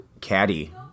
caddy